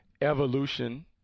evolution –